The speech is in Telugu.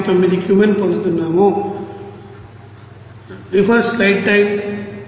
9 క్యూమెన్ పొందుతున్నాము